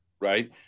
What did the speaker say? Right